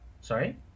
Sorry